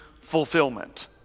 fulfillment